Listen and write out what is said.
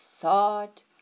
thought